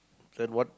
then what